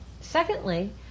Secondly